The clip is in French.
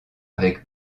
avec